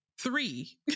three